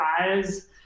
eyes